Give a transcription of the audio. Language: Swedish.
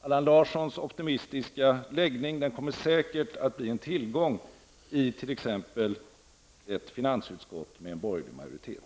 Allan Larssons optimistiska läggning kommer säkert att bli en tillgång i t.ex. ett finansutskott med borgerlig majoritet.